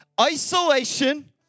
Isolation